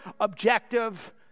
objective